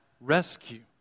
rescue